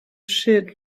sheet